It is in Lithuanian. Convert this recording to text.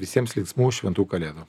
visiems linksmų šventų kalėdų